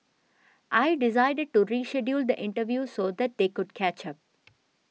I decided to reschedule the interview so that they could catch up